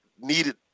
needed